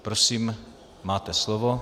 Prosím, máte slovo.